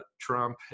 Trump